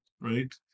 Right